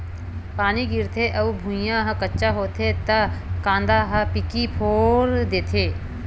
पानी गिरथे अउ भुँइया ह कच्चा होथे त कांदा ह पीकी फोर देथे